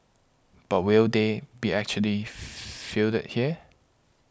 but will they be actually fielded here